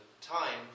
time